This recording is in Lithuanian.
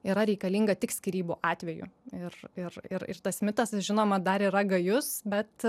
yra reikalinga tik skyrybų atveju ir ir ir ir tas mitas žinoma dar yra gajus bet